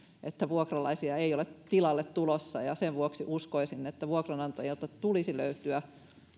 että vuokralaisia ei ole tilalle tulossa sen vuoksi uskoisin että vuokranantajilta tulisi löytyä